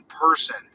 person